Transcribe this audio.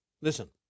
Listen